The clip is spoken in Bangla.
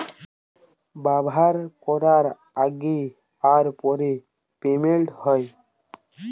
ব্যাভার ক্যরার আগে আর পরে পেমেল্ট হ্যয়